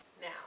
Now